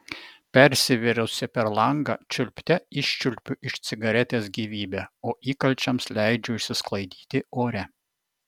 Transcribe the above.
persisvėrusi per langą čiulpte iščiulpiu iš cigaretės gyvybę o įkalčiams leidžiu išsisklaidyti ore